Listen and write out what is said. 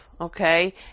okay